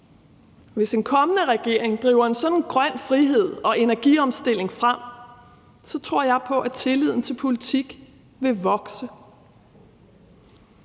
Hvis en kommende regering driver en sådan grøn frihed og energiomstilling frem, tror jeg på, at tilliden til politik vil vokse.